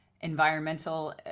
environmental